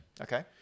Okay